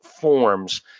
forms